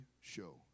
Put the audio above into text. show